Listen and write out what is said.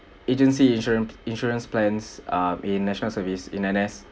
agency insurance P~ insurance plans ah in national service in N_S